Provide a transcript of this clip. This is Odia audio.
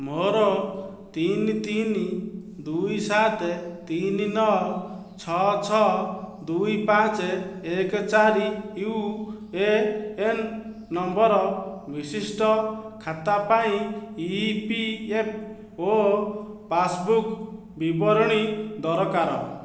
ମୋର ତିନି ତିନି ଦୁଇ ସାତ ତିନି ନଅ ଛଅ ଛଅ ଦୁଇ ପାଞ୍ଚ ଏକ ଚାରି ୟୁ ଏ ଏନ୍ ନମ୍ବର ବିଶିଷ୍ଟ ଖାତା ପାଇଁ E P F O passbook ବିବରଣୀ ଦରକାର